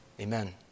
Amen